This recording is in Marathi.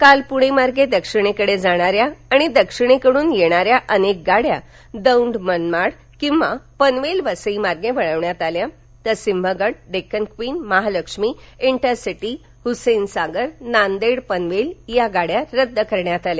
काल पृणे मार्गे दक्षिणेकडे जाणाऱ्या आणि दक्षिणेकडून येणाऱ्या अनेक गाड्यां दौंड मनमाड किंवा पनवेल वसई मार्गे वळवण्यात आल्या तर सिंहगड डेक्कन क्वीन महालक्ष्मी इंटरसिटी हुसेन सागर नांदेड पनवेल या गाड्या रद्द करण्यात आल्या